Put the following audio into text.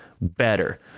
better